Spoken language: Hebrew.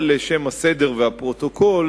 אבל לשם הסדר והפרוטוקול,